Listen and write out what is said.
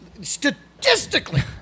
statistically